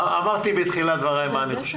אמרתי בתחילת דבריי מה אני חושב.